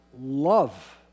love